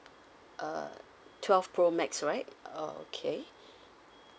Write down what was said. uh twelve pro max right oh okay